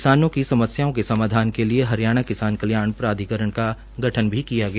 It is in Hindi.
किसानों की समस्याओं के समाधान के लिए हरियाणा किसान कल्याण प्राधिकरण का गठन किया गया